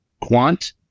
quant